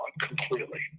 completely